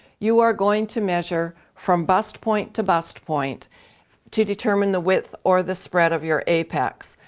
you are going to measure from bust point to bust point to determine the width or the spread of your apex.